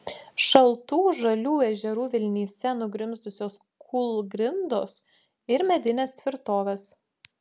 šaltų žalių ežerų vilnyse nugrimzdusios kūlgrindos ir medinės tvirtovės